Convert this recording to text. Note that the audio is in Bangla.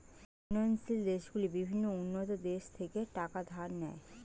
উন্নয়নশীল দেশগুলি বিভিন্ন উন্নত দেশ থেকে টাকা ধার নেয়